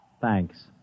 Thanks